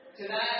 tonight